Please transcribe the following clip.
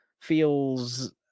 feels